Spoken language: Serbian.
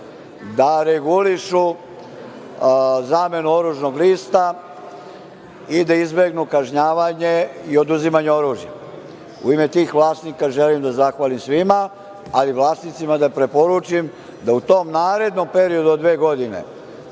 da regulišu zamenu oružnog lista i da izbegnu kažnjavanje i oduzimanje oružja. U ime tih vlasnika želim da zahvalim svima, ali vlasnicima da preporučim da u tom narednom periodu od dve godine